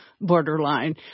borderline